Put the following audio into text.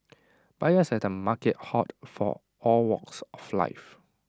buyers at the markets hailed from all walks of life